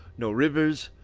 no rivers,